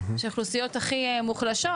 שהן האוכלוסיות הכי מוחלשות